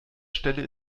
stelle